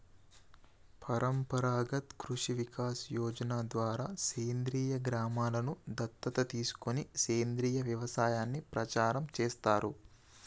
పరంపరాగత్ కృషి వికాస్ యోజన ద్వారా సేంద్రీయ గ్రామలను దత్తత తీసుకొని సేంద్రీయ వ్యవసాయాన్ని ప్రచారం చేస్తారు